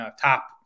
top